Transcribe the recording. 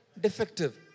defective